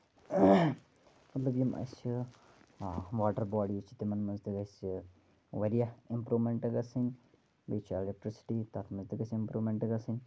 مطلب یِم اَسہِ واٹر باڑیٖز چھِ تِمن منٛز تہِ گژھِ واریاہ اِمپرومیٚنٹ گژھٕنۍ بیٚیہِ چھےٚ ایٚلِکٹرسِٹی تَتھ منٛز تہِ گژھِ اِمپرومیٚنٹ گژھٕنۍ